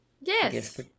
Yes